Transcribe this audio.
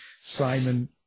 Simon